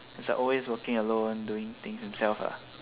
he's like always working alone doing things himself lah